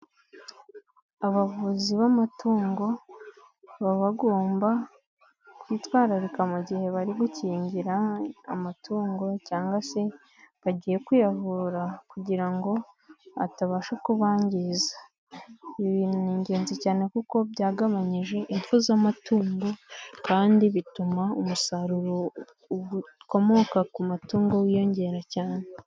Abavuzi b'amatungo baba bagomba kwitwararika mu gihe bari gukingira amatungo cyangwa se bagiye kuyavura kugira ngo atabasha kubangiza, ibi ni ingenzi cyane kuko byagabanyije impfu z'amatungo kandi bituma umusaruro ukomoka ku matungo wiyongera cyane.